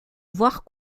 voir